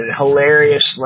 hilarious